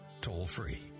toll-free